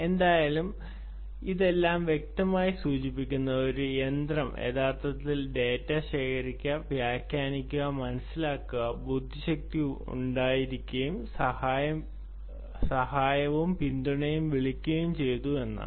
എന്തായാലും ഇതെല്ലാം വ്യക്തമായി സൂചിപ്പിക്കുന്നത് ഒരു യന്ത്രം യഥാർത്ഥത്തിൽ ഡാറ്റ ശേഖരിക്കുക വ്യാഖ്യാനിക്കുക മനസിലാക്കുക ബുദ്ധിശക്തി ഉണ്ടായിരിക്കുകയും സഹായവും പിന്തുണയും വിളിക്കുകയും ചെയ്തു എന്നാണ്